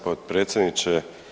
potpredsjedniče.